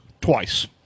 twice